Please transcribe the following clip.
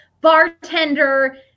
bartender